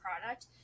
product